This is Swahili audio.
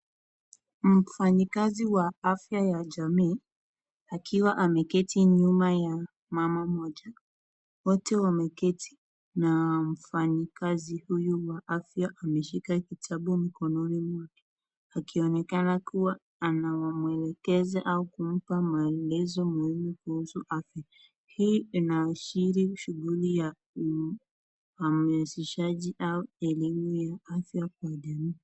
Mfanyikazi wa afya ya jamii akiwa ameketi nyuma ya mama mmoja. Wote wameketi na mfanyikazi huyu wa afya ameshika kitabu mkononi mwake, akionekana kuwa anamwelekeza au kumpa maelezo muhimu kuhusu afya. Hii inaashiri shughuli ya uhamasishaji au elimu ya afya kwa jamii.